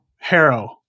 harrow